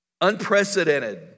unprecedented